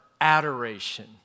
adoration